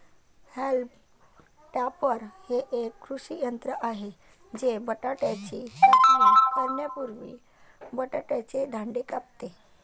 haulm topper हे एक कृषी यंत्र आहे जे बटाट्याची कापणी करण्यापूर्वी बटाट्याचे दांडे कापते